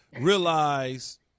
realize